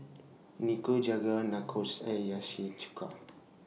Nikujaga Nachos and Hiyashi Chuka